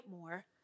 more